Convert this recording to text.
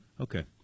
okay